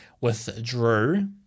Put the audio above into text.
withdrew